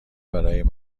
برای